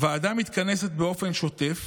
הוועדה מתכנסת באופן שוטף